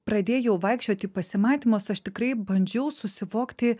pradėjau vaikščiot į pasimatymus aš tikrai bandžiau susivokti